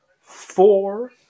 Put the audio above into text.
four